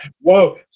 Whoa